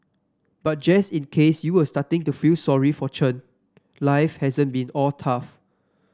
but just in case you were starting to feel sorry for Chen life hasn't been all tough